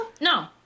No